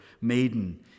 maiden